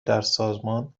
بسیار